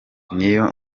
ngiyo